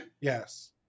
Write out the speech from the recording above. Yes